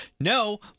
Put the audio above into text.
No